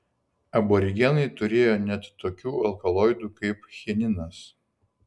aborigenai turėjo net tokių alkaloidų kaip chininas